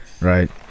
right